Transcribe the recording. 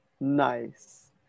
nice